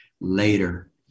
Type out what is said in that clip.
later